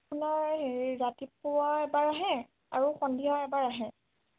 আপোনাৰ হেৰি ৰাতিপুৱা এবাৰ আহে আৰু সন্ধিয়া এবাৰ আহে